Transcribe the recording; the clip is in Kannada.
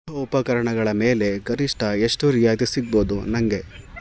ಉಪಕರಣಗಳ ಮೇಲೆ ಗರಿಷ್ಟ ಎಷ್ಟು ರಿಯಾಯಿತಿ ಸಿಗಬಹುದು ನನಗೆ